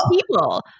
people